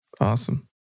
Awesome